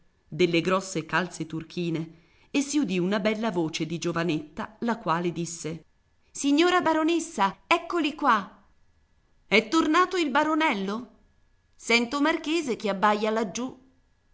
delle grosse calze turchine e si udì una bella voce di giovanetta la quale disse signora baronessa eccoli qua è tornato il baronello sento marchese che abbaia laggiù